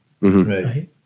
right